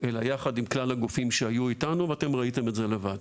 אלא יחד עם כלל הגופים שהיו איתנו ואתם ראיתם את זה לבד.